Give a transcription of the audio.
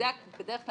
בדרך כלל,